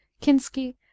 Kinsky